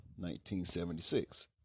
1976